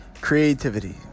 Creativity